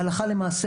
הלכה למעשה,